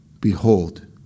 behold